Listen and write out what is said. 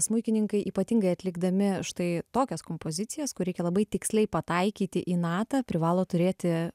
smuikininkai ypatingai atlikdami štai tokias kompozicijas kur reikia labai tiksliai pataikyti į natą privalo turėti